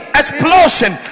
explosion